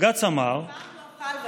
אף פעם לא חל,